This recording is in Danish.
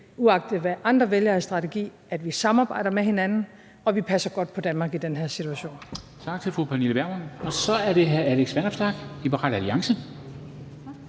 uagtet hvad andre vælger af strategi, at vi samarbejder med hinanden og vi passer godt på Danmark i den her situation.